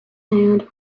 hand